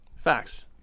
Facts